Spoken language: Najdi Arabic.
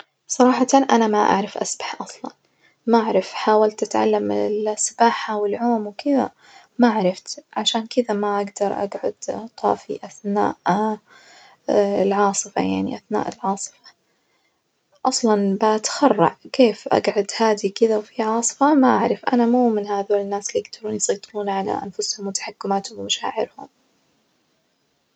صراحة أنا ما أعرف أسبح أصلًا ما أعرف حاولت أتعلم السباجة والعوم وكدة ما عرفت، عشان كدة ما أجدر أجعد طافي أثناء العاصفة يعني أثناء العاصفة، أصلًا بتخرع كيف يجعد هادي كدة وفي عاصفة ما أعرف أنا مو من هذول الناس اللي يجدرون يسيطرزن على أنفسهم وتحكماتهم ومشاعرهم.